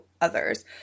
others